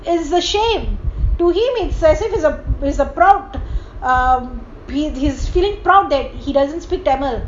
it's a shame to him he says as if it with a proud um he's feeling proud that he doesn't speak tamil